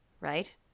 right